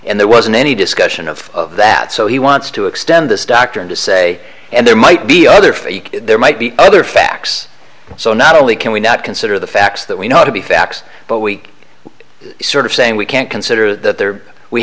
and there wasn't any discussion of that so he wants to extend this doctrine to say and there might be other fake there might be other facts so not only can we not consider the facts that we know to be facts but weak sort of saying we can't consider that there we